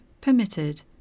Permitted